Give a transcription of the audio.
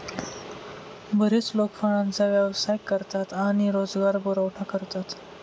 बरेच लोक फळांचा व्यवसाय करतात आणि रोजगार पुरवठा करतात